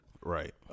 Right